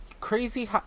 crazy